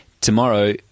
Tomorrow